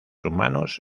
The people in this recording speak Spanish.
humanos